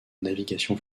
navigation